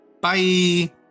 bye